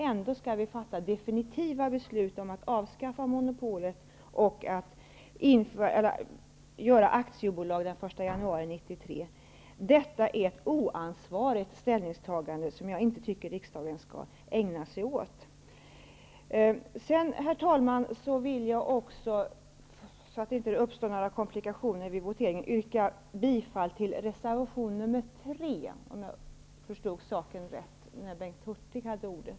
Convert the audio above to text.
Ändå skall vi fatta definitiva beslut om att avskaffa monopolet och bilda aktiebolag den 1 januari 1993. Detta är ett oansvarigt ställningstagande, som jag inte tycker att riksdagen skall ägna sig åt. Herr talman! För att det inte skall uppstå några komplikationer vid voteringen vill jag yrka bifall till reservation 3, om jag förstod saken rätt när Bengt